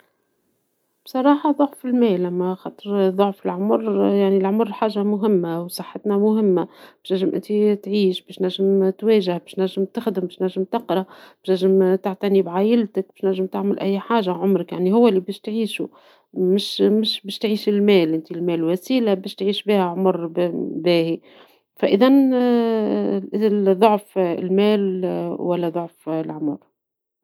بصراحة ضعف المال لما ، خاطر ضعف العمر يعني العمر حاجة مهمة وصحتنا مهمة ، باش تنجم انتي تعيش باش تنجم تواجه ، باش تنجم تخدم ،باش تنجم تقرى ، باش تنجم تعتني بعايلتك ، تنجم تعمل أي حاجة ، عمرك يعني هو لي باش تعيشو مش باش تعيش المال ، المال وسيلة باش تعيش بيها عمر باهي ، فاذا ضعف المال ولا ضعف العمر.